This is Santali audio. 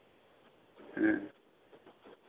ᱦᱮᱸ